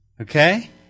okay